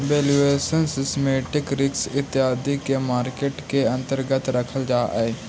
valuation, systematic risk इत्यादि के market के अंतर्गत रखल जा हई